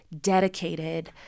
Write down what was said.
dedicated